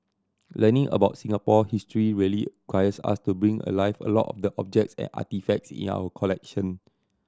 learning about Singapore history really requires us to bring alive a lot of the objects and artefacts in our collection